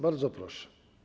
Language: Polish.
Bardzo proszę.